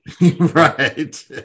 Right